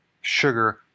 sugar